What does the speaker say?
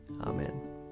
Amen